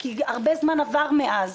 כי הרבה זמן עבר מאז.